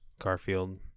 Garfield